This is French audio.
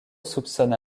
soupçonne